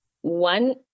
one